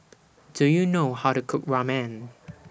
Do YOU know How to Cook Ramen